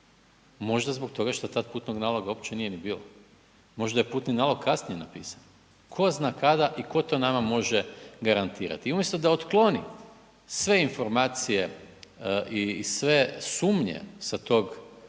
Možda zbog toga što tad putnog naloga uopće nije ni bilo. Možda je putni nalog kasnije napisan, tko zna kada i tko to nama može garantirati. I umjesto da otkloni sve informacije i sve sumnje sa tog